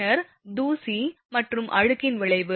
பின்னர் தூசி மற்றும் அழுக்கின் விளைவு